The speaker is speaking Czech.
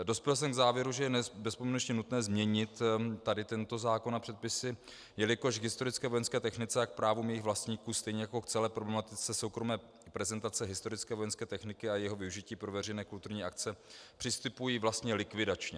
Dospěl jsem k závěru, že je bezpodmínečně nutné změnit tento zákon a předpisy, jelikož k historické vojenské technice a k právům jejích vlastníků, stejně jako k celé problematice soukromé prezentace historické vojenské techniky a jejího využití pro veřejné kulturní akce, přistupují vlastně likvidačně.